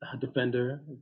defender